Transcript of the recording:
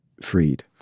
freed